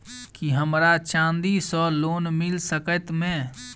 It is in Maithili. की हमरा चांदी सअ लोन मिल सकैत मे?